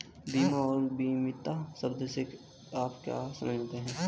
बीमा और बीमित शब्द से आप क्या समझते हैं?